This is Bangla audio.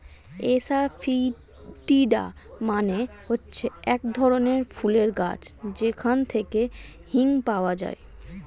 এসাফিটিডা মানে হচ্ছে এক ধরনের ফুলের গাছ যেখান থেকে হিং পাওয়া যায়